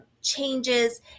changes